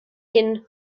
hin